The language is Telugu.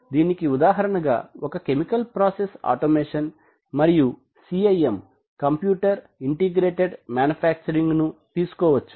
దీనికి ఉదాహరణగా ఒక కెమికల్ ప్రాసెస్ ఆటోమేషన్ మరియు ఒక CIM కంప్యూటర్ ఇంటెగ్రటెడ్ మాన్యుఫ్యాక్చరింగ్ ను తీసుకోవచ్చు